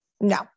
no